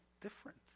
different